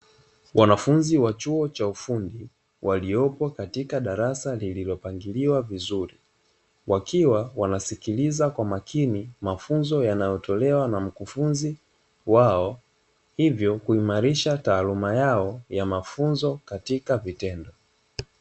Wanafunzi wa chuo cha ufundi, waliopo katika darasa lililopangiliwa vizuri, wakiwa wanasikiliza kwa makini, mafunzo yanayotolewa na mkufunzi wao, hivyo kuimarisha taaluma yao ya mafunzo katika vitendo.